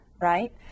right